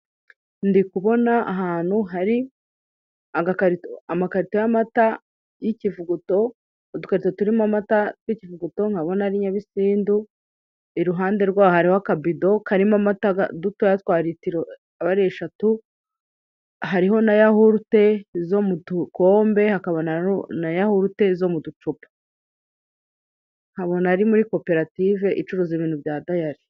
Ndi kubona ahantu hari amakarito y'amata y'ikivuguto, udukarito turimo amata y'ikivuguto; nkabona ari nyabisindu. Iruhande rwaho hariho akavido karimo amata, dutoya twa ritiro aba ari eshatu. Hariho na yahurute zo mu dukombe, hakaba na yahurute zo mu ducupa; nkabona ari muri koperative icuruza ibintu bya dayari.